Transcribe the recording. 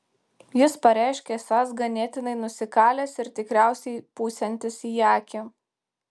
jis pareiškė esąs ganėtinai nusikalęs ir tikriausiai pūsiantis į akį